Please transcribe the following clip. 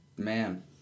man